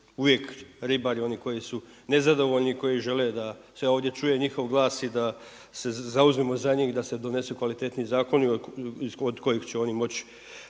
uvijek ribari oni koji su nezadovoljni, oni koji žele da se ovdje čuje njihov glas i da se zauzmemo za njih da se donesu kvalitetniji zakoni od kojih će oni moći